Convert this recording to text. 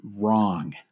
wrong